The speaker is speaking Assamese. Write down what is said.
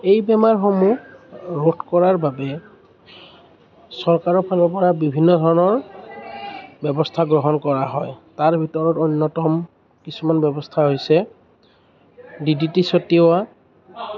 এই বেমাৰসমূহ ৰোধ কৰাৰ বাবে চৰকাৰৰ ফালৰপৰা বিভিন্ন ধৰণৰ ব্যৱস্থা গ্ৰহণ কৰা হয় তাৰ ভিতৰত অন্যতম কিছুমান ব্যৱস্থা হৈছে ডিডিটি ছটিওৱা